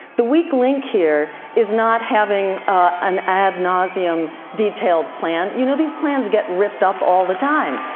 the weak link here is not having an ad nausea, um detailed plan. you know these plans get ripped up all the time.